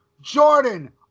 Jordan